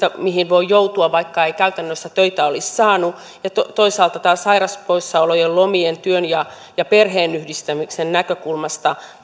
mihin voi joutua vaikka ei käytännössä töitä olisi saanut kuin toisaalta ongelmat sairauspoissaolojen lomien ja työn ja perheen yhdistämisen näkökulmasta